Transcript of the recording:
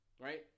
right